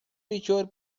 fichó